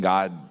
God